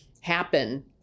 happen